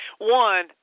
one